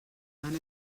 van